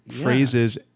phrases